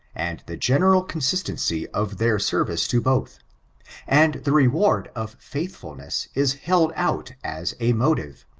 and the general consistency of their service to both and the reward of fidthfulnees is held out as a motive.